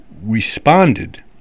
responded